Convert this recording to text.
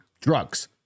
drugs